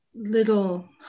little